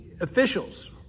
officials